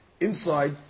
inside